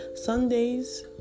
Sundays